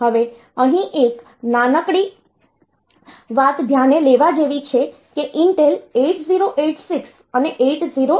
હવે અહીં એક નાનકડી વાત ધ્યાને લેવા જેવી છે કે Intel 8086 અને 8088